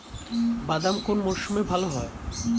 বাদাম কোন মরশুমে ভাল হয়?